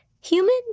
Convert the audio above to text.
Human